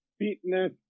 fitness